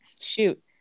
shoot